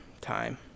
time